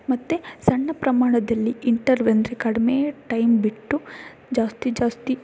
ಮತ್ತು ಸಣ್ಣ ಪ್ರಮಾಣದಲ್ಲಿ ಇಂಟರ್ವ್ ಅಂದರೆ ಕಡಿಮೆ ಟೈಮ್ ಬಿಟ್ಟು ಜಾಸ್ತಿ ಜಾಸ್ತಿ